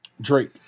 Drake